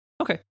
Okay